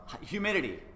Humidity